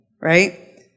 right